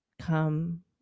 come